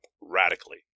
radically